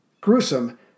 Gruesome